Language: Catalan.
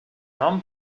nom